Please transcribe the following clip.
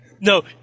No